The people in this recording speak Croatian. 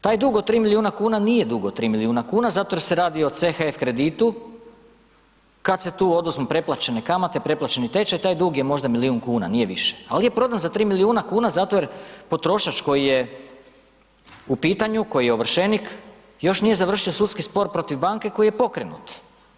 Taj dug od 3 milijuna kuna, nije dugo 3 milijuna kuna zato jer se radi o CHF kreditu, kad se tu oduzmu preplaćene kamate, preplaćeni tečaj, taj dug je možda milijun kuna, nije više ali je prodan za 3 milijuna kuna zato jer potrošač koji je u pitanju, koji je ovršenik, još nije završio sudski spor protiv banke koji je pokrenut.